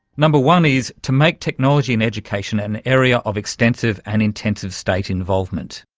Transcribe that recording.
number one is to make technology in education an area of extensive and intensive state involvement.